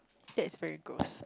that is very gross